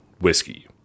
whiskey